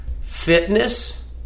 fitness